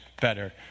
better